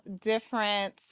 different